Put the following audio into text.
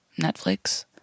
Netflix